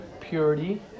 purity